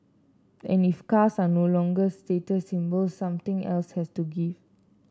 and if cars are no longer status symbols something else has to give